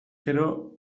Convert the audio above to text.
gero